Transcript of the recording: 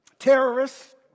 terrorists